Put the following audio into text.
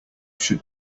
should